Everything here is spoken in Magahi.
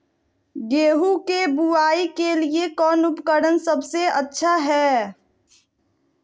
गेहूं के बुआई के लिए कौन उपकरण सबसे अच्छा है?